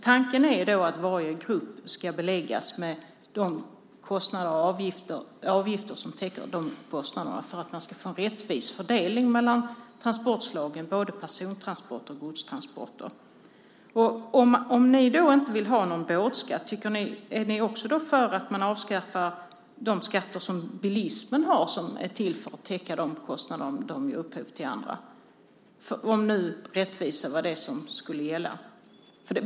Tanken är att varje grupp ska beläggas med avgifter som täcker kostnaderna just för att man ska få en rättvis fördelning mellan transportslagen, både persontransporter och godstransporter. Om ni inte vill ha någon båtskatt, är ni då för att avskaffa de skatter som bilismen har för att täcka de kostnader som den ger upphov till för andra, om nu rättvisa var det som skulle gälla?